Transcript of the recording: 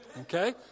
Okay